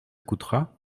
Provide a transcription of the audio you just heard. coûtera